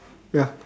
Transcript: ya